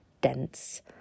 dense